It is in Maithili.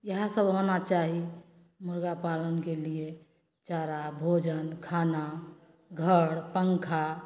इहए सब होना चाही मुर्गा पालनके लिये चारा भोजन खाना घर पँखा